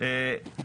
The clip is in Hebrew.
והדאטה שנוכל לקבל,